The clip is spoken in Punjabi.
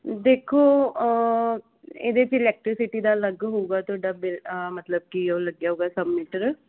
ਦੇਖੋ ਇਹਦੇ ਤੇ ਇਲੈਕਟਰਿਸਿਟੀ ਦਾ ਅਲੱਗ ਹੋਊਗਾ ਤੁਹਾਡਾ ਮਤਲਬ ਕੀ ਉਹ ਲੱਗਿਆ ਹੋਗਾ ਸਬ ਮੀਟਰ